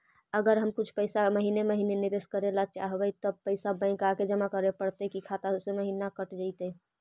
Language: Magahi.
अगर हम कुछ पैसा के महिने महिने निबेस करे ल चाहबइ तब पैसा बैक आके जमा करे पड़तै कि खाता से महिना कट जितै?